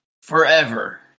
forever